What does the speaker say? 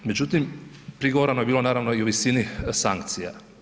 Međutim, prigovarano je bilo naravno i o visini sankcija.